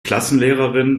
klassenlehrerin